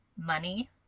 money